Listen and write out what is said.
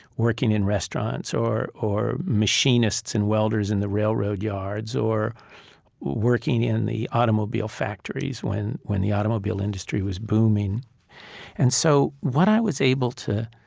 working in restaurants, or or machinists and welders in the railroad yards, or working in the automobile factories when when the automobile industry was booming and so what i was able to